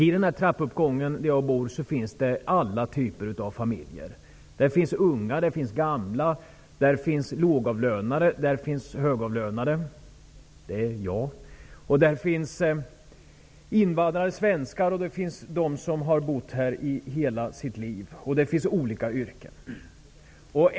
I min trappuppgång finns alla typer av människor. Där finns unga, gamla, lågavlönade och högavlönade -- som jag. Där finns invandrare och svenskar med olika yrken. En del har bott där i hela sitt liv.